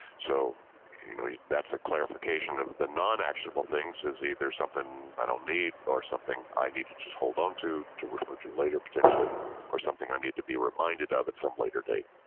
so you know that's a clarification of the non-actionable things as either something i don't need or something that i need to just hold onto, to refer to later potentially or something i need to be reminded of at some later date.